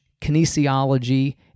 kinesiology